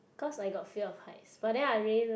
cause I got fear of heights but then I really like